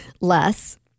less